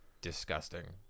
disgusting